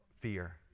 Fear